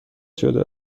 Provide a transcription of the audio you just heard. شده